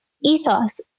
ethos